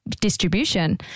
distribution